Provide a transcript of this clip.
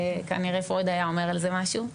כנראה פרויד היה אומר על זה משהו,